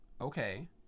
okay